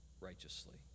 righteously